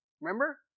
remember